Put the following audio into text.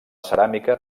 ceràmica